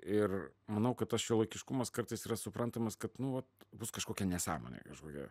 ir manau kad tas šiuolaikiškumas kartais yra suprantamas kad nu vat bus kažkokia nesąmonė kažkokia